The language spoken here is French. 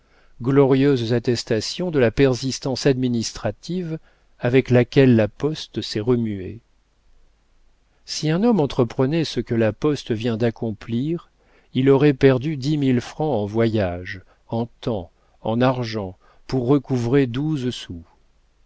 glorieuses attestations de la persistance administrative avec laquelle la poste s'est remuée si un homme entreprenait ce que la poste vient d'accomplir il aurait perdu dix mille francs en voyages en temps en argent pour recouvrer douze sous